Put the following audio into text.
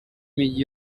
migi